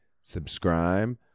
subscribe